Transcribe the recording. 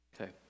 Okay